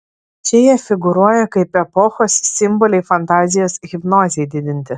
čia jie figūruoja kaip epochos simboliai fantazijos hipnozei didinti